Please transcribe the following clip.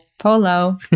Polo